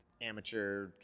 amateur